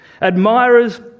Admirers